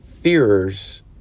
fearers